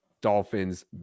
Dolphins